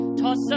toss